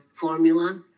formula